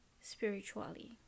spiritually